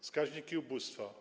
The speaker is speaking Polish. Wskaźniki ubóstwa.